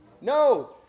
No